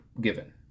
given